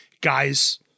guys